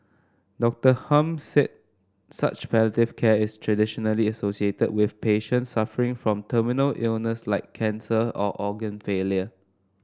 Doctor Hum said such palliative care is traditionally associated with patients suffering from terminal illness like cancer or organ failure